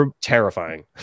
terrifying